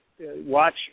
Watch